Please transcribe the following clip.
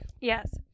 yes